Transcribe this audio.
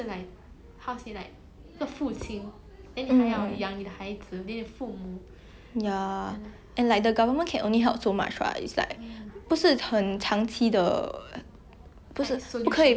and like the government can only help so much [what] it's like 不是很长期的不是不可以不可以解决长期的问题 lor 就是 like ya can only give you a few lump sum payments then after that